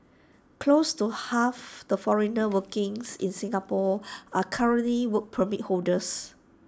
close to half the foreigners workings in Singapore are currently Work Permit holders